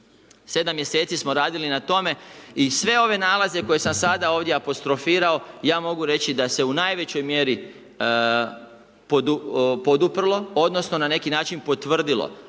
7 mjeseci smo radili na tome i sve ove nalaze koje sam sada ovdje apostrofirao ja mogu reći da se u najvećoj mjeri poduprlo, odnosno na neki način potvrdilo.